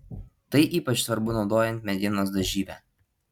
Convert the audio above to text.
tai ypač svarbu naudojant medienos dažyvę